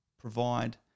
provide